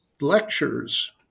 lectures